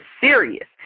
serious